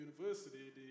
university